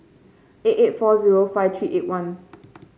eight eight four zero five three eight one